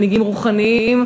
מנהיגים רוחניים,